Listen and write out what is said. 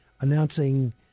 announcing